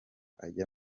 ajya